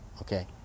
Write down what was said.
okay